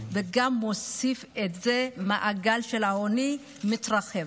וגם מעגל העוני מתרחב.